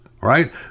right